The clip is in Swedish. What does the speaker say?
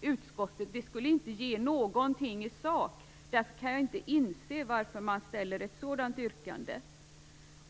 utskottet skulle inte ge något i sak. Jag kan därför inte förstå varför man ställer ett sådant yrkande.